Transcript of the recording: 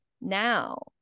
now